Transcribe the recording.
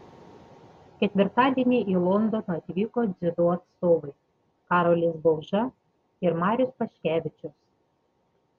ketvirtadienį į londoną atvyko dziudo atstovai karolis bauža ir marius paškevičius